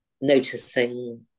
noticing